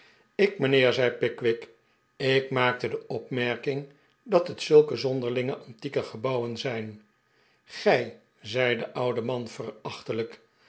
ik r mijnheer zei pickwick ik maakte de opmerking dat het zulke zonderlinge antieke gebouwen zijn gij zei de oude man